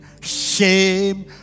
shame